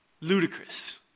ludicrous